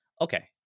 okay